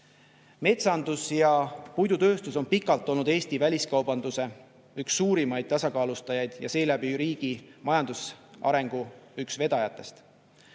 ja puidutööstus on pikalt olnud Eesti väliskaubanduse üks suurimaid tasakaalustajaid ja seeläbi riigi majandusarengu üks vedajatest.